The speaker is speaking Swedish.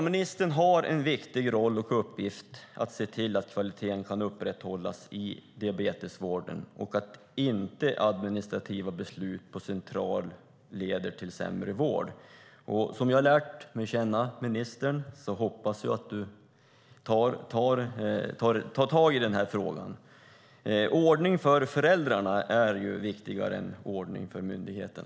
Ministern har en viktig roll och uppgift att se till att kvaliteten i diabetesvården kan upprätthållas och att administrativa beslut centralt inte leder till sämre vård. Som jag lärt känna ministern hoppas jag att han tar tag i frågan. Ordning för föräldrarna är viktigare än ordning för myndigheten.